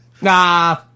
Nah